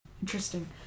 Interesting